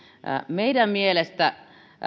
meidän mielestämme